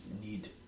need